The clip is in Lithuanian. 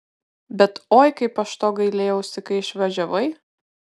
bet oi kaip aš to gailėjausi kai išvažiavai